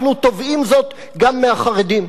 אנחנו תובעים זאת גם מהחרדים.